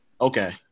Okay